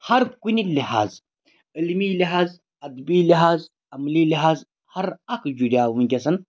ہر کُنہِ لحاظ علمی لحاظ ادبی لحاظ عملی لحاظ ہر اکھ جُڑیو وٕنکیٚسن